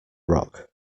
rock